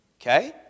okay